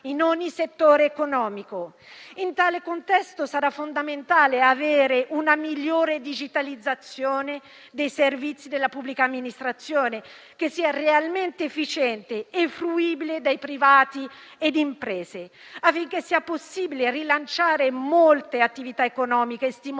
In tale contesto, sarà fondamentale avere una migliore digitalizzazione dei servizi della pubblica amministrazione, che sia realmente efficiente e fruibile dai privati e dalle imprese, affinché sia possibile rilanciare molte attività economiche e stimolare